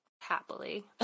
happily